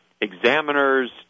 examiners